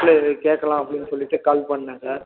apply கேட்கலாம் அப்படின்னு சொல்லிவிட்டு கால் பண்ணினேன் சார்